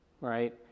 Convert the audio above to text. right